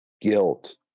guilt